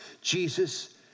Jesus